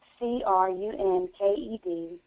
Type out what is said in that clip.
C-R-U-N-K-E-D